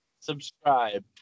Subscribe